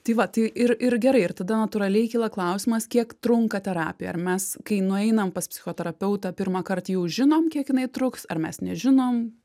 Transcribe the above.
tai va tai ir ir gerai ir tada natūraliai kyla klausimas kiek trunka terapija ar mes kai nueinam pas psichoterapeutą pirmąkart jau žinom kiek jinai truks ar mes nežinom